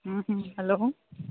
ꯎꯝ ꯍꯨꯝ ꯍꯜꯂꯣ